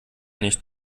nicht